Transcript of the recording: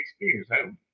experience